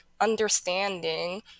understanding